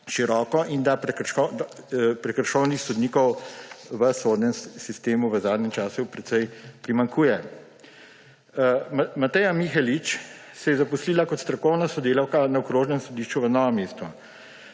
široko in da prekrškovnih sodnikov v sodnem sistemu v zadnjem času precej primanjkuje. Mateja Mihalič se je zaposlila kot strokovna sodelavka na Okrožnem sodišču v Novem mestu.